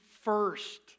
first